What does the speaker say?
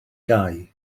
gau